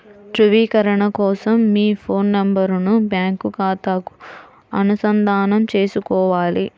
ధ్రువీకరణ కోసం మీ ఫోన్ నెంబరును బ్యాంకు ఖాతాకు అనుసంధానం చేసుకోవాలి